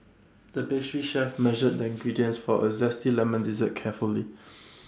the pastry chef measured the ingredients for A Zesty Lemon Dessert carefully